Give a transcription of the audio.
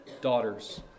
daughters